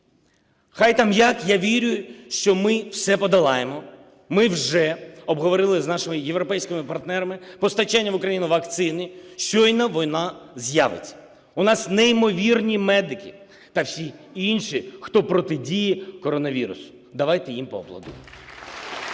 Хай там як, я вірю, що ми все подолаємо. Ми вже обговорили з нашими європейськими партнерами постачання в Україну вакцини, щойно вона з'явиться. У нас неймовірні медики та всі інші, хто протидіє коронавірусу. Давайте їм поаплодуємо.